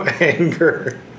anger